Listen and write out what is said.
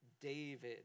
David